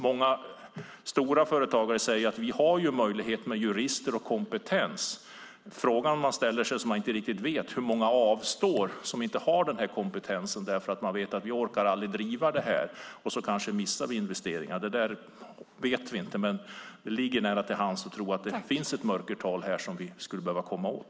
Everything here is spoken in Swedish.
Många stora företagare säger att de har möjligheter med jurister och kompetens. Vi vet inte riktigt hur många som inte har denna kompetens som avstår därför att de vet att de aldrig kommer att orka driva ärendet och sedan kanske missar investeringar. Men det ligger nära till hands att tro att det finns ett mörkertal här som vi skulle behöva komma åt.